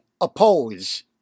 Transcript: oppose